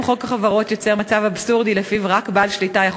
חוק החברות יוצר מצב אבסורדי שלפיו רק בעל שליטה יכול